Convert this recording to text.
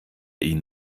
ihnen